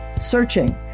searching